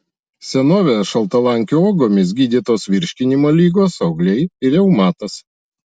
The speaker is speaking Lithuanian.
senovėje šaltalankių uogomis gydytos virškinimo ligos augliai ir reumatas